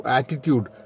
attitude